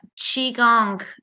qigong